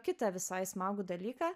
kitą visai smagų dalyką